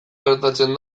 gertatzen